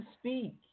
speak